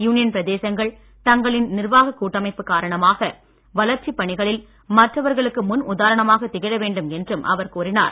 union பிரதேசங்கள் தங்களின் நிர்வாக கட்டமைப்பு காரணமாக வளர்ச்சிப் பணிகளில் மற்றவர்களுக்கு முன் உதாரணமாக திகழ முடியும் என்றும் அவர் கூறினார்